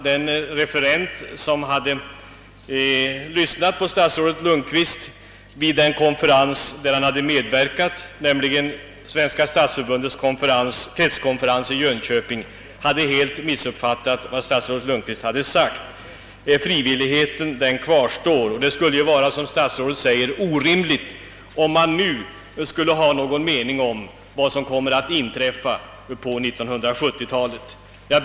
Den referent som lyssnade till statsrådet Lundkvist på den konferens där statsrådet medverkade, nämligen Svenska stadsförbundets kretskonferens i Jönköping, hade missuppfattat statsrådet. Som statsrådet säger vore det orimligt att nu ha någon mening om vad som kommer att hända på 1970-talet. Herr talman!